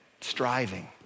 striving